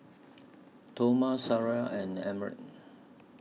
Toma Sariah and Emmet